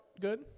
Good